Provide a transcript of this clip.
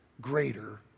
greater